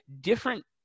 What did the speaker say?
different